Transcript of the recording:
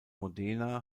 modena